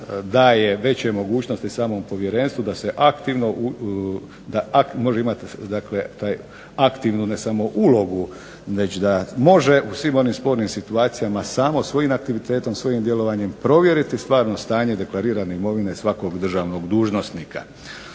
daje veće mogućnosti samom povjerenstvu da se aktivno, može imati dakle aktivnu ne samo ulogu već da može u svim onim spornim situacijama samo svojim natalitetom, svojim djelovanjem provjeriti stvarno stanje deklarirane imovine svakog državnog dužnosnika.